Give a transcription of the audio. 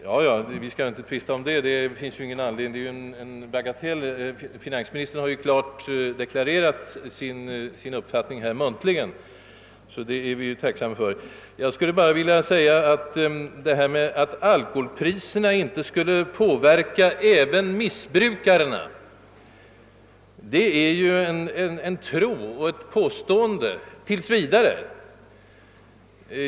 Vi skall emellertid inte tvista om det — det är ju av mindre vikt när finansministern dock här muntligen klart deklarerat sin uppfattning om det nykterhetspolitiska motivet, och det är vi tacksamma för. Att alkoholpriserna inte skulle påverka även missbrukarna är tills vidare bara en tro och ett påstående.